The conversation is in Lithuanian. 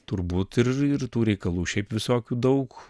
turbūt ir ir tų reikalų šiaip visokių daug